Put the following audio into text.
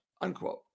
unquote